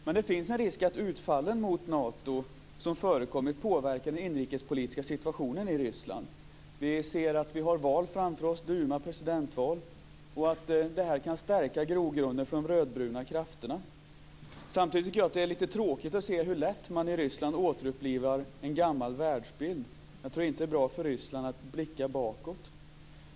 Men det finns en risk för att de utfall mot Nato som förekommit påverkar den inrikespolitiska situationen i Ryssland. Vi ser att vi har val framför oss - dumaval och presidentval - och att det här kan stärka grogrunden för de rödbruna krafterna. Samtidigt tycker jag att det är lite tråkigt att se hur lätt man i Ryssland återupplivar en gammal världsbild. Jag tror inte att det är bra för Ryssland att blicka bakåt.